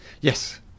Yes